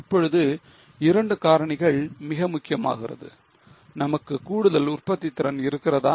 இப்பொழுது இரண்டு காரணிகள் மிக முக்கியமாகிறது நமக்கு கூடுதல் உற்பத்தித் திறன் இருக்கிறதா